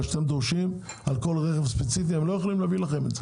כי אתם דורשים על כל רכב ספציפי והם לא יכולים להביא את זה.